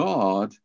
God